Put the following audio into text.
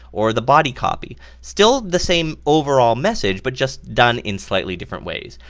or the body copy, still the same overall message but just done in slightly different ways.